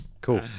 cool